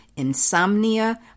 insomnia